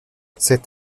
cet